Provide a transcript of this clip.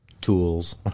tools